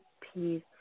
peace